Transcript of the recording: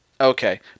Okay